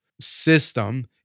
system